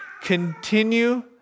Continue